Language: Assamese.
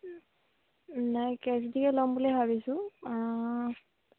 নাই কেছ দিয়ে ল'ম বুলি ভাবিছোঁ